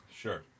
Sure